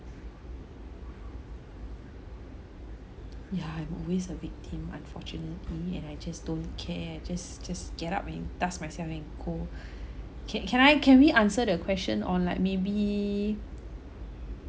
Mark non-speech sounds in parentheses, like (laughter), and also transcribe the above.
yeah I'm always a victim unfortunately and I just don't care I just just get up and dust myself and go (breath) can can I can we answer the question on like maybe